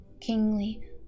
kingly